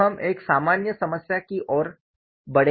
अब हम एक सामान्य समस्या की ओर बढ़ेंगे